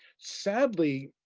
sadly,